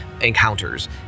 encounters